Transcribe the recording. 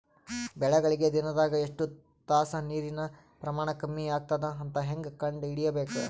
ಬೆಳಿಗಳಿಗೆ ದಿನದಾಗ ಎಷ್ಟು ತಾಸ ನೀರಿನ ಪ್ರಮಾಣ ಕಮ್ಮಿ ಆಗತದ ಅಂತ ಹೇಂಗ ಕಂಡ ಹಿಡಿಯಬೇಕು?